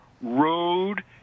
Road